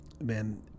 man